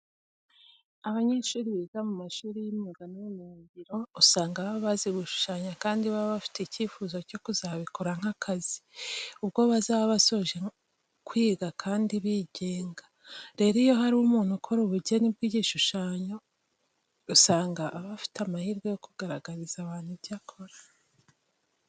Abanyeshuri biga mu mashuri y'imyuga n'ubumenyingiro usanga baba bazi gushushanya kandi baba bafite icyifuzo cyo kuzabikora nk'akazi ubwo bazaba basoje kwiga kandi bigenga. Rero iyo hari umuntu ukora ubugeni bw'ibishushanyo usanga aba afite amahirwe yo kugaragariza abantu ibyo akora.